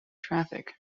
traffic